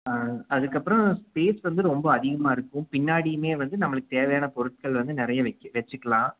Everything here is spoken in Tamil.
ஆ அதுக்கப்புறம் ஸ்பேஸ் வந்து ரொம்ப அதிகமாகருக்கும் பின்னாடியுமே வந்து நம்மளுக்கு தேவையான பொருட்கள் வந்து நிறைய வச்சு வச்சுக்கலாம்